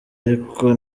ariko